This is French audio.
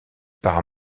par